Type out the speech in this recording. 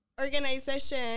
organization